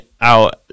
out